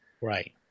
Right